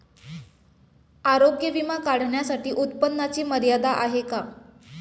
आरोग्य विमा काढण्यासाठी उत्पन्नाची मर्यादा आहे का?